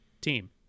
team